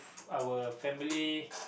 our family